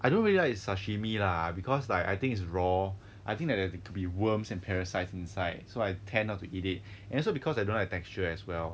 I don't really like sashimi lah because like I think it's raw I think that there could be worms and parasites inside so I tend not to eat it and also because I don't like the texture as well